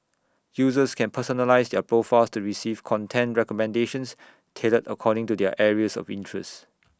users can personalise their profiles to receive content recommendations tailored according to their areas of interest